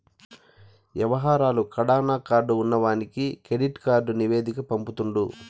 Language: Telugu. యవహారాలు కడాన కార్డు ఉన్నవానికి కెడిట్ కార్డు నివేదిక పంపుతుండు